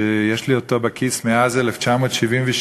שיש לי אותו בכיס מאז 1977,